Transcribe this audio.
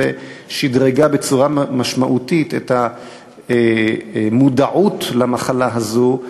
שדרגה בצורה משמעותית את המודעות למחלה הזאת,